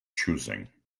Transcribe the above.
choosing